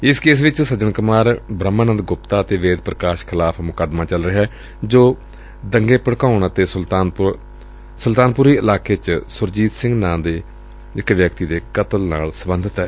ਇਸ ਕੇਸ ਵਿਚ ਸੱਜਣ ਕੁਮਾਰ ਬੂਹਮਾਨੰਦ ਗੁਪਤਾ ਅਤੇ ਵੇਟ ਪ੍ਰਕਾਸ਼ ਖਿਲਾਫ਼ ਮੁਕੱਦਮਾ ਚੱਲ ਰਿਹੈ ਜੋ ਦੰਗੇ ਭੜਕਾਉਣ ਅਤੇ ਸੁਲਤਾਨਪੁਰੀ ਇਲਾਕੇ ਚ ਸੁਰਜੀਤ ਦੇ ਕਤਲ ਨਾਲ ਸਬੰਧਤ ਏ